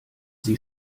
sie